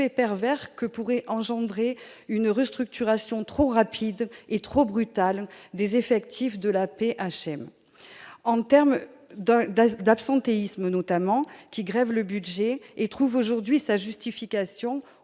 pervers que pourrait engendrer une restructuration trop rapide et trop brutale des effectifs de l'AP-HM. J'évoquerai notamment l'absentéisme, qui grève le budget et trouve aujourd'hui sa justification,